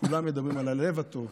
כולם מדברים על הלב הטוב,